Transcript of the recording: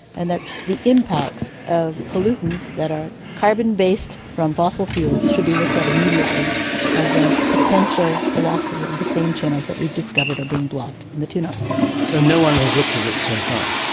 and that the impacts of pollutants that are carbon based from fossil fuels should be looked at immediately as a potential blocker of the same channels that we've discovered are being blocked in the tuna hearts. so no one has looked at it so far?